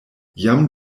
jam